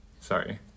sorry